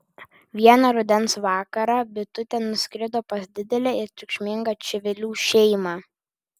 vieną rudens vakarą bitutė nuskrido pas didelę ir triukšmingą čivilių šeimą